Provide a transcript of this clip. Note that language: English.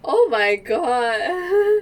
oh my god